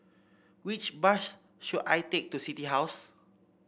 which bus should I take to City House